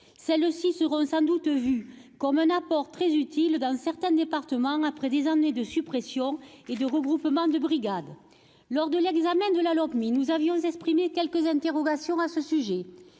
Celles-ci seront sans doute regardées comme un apport très utile dans certains départements après des années de suppression et de regroupement de brigades. Il est vrai que, lors de l'examen du projet de Lopmi, nous avions exprimé quelques interrogations à ce sujet.